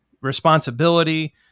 responsibility